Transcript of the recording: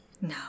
No